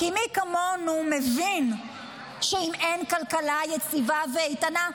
כי מי כמונו מבין שאם אין כלכלה יציבה ואיתנה,